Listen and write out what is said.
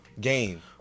game